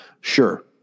sure